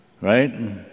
right